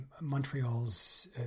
Montreal's